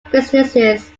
businesses